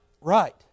right